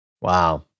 Wow